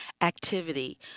activity